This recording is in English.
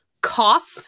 cough